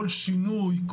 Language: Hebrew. כל שינוי,